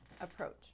approach